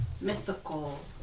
mythical